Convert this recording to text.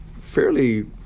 fairly